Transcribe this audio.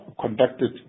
conducted